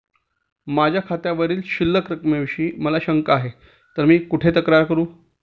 माझ्या खात्यावरील शिल्लक रकमेविषयी मला शंका आहे तर मी कुठे तक्रार करू?